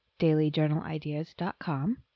dailyjournalideas.com